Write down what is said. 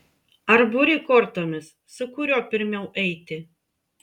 ar buri kortomis su kuriuo pirmiau eiti